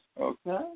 Okay